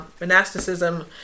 monasticism